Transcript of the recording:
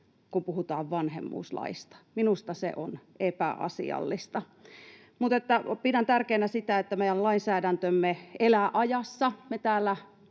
kun puhutaan vanhemmuuslaista. Minusta se on epäasiallista. Pidän tärkeänä sitä, että meidän lainsäädäntömme elää ajassa.